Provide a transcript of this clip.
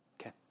Okay